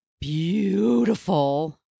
beautiful